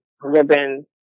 ribbons